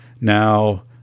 Now